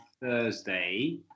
Thursday